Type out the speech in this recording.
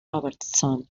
robertson